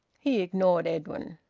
he ignored edwin.